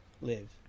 live